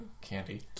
Candy